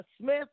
Smith